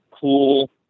cool